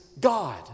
God